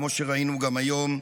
כמו שראינו שוב גם היום.